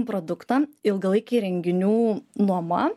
produktą ilgalaikė įrenginių nuoma